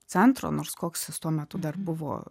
centro nors koks jis tuo metu dar buvo